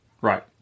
Right